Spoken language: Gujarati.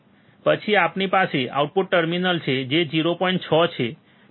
પછી આપણી પાસે આઉટપુટ ટર્મિનલ છે જે 0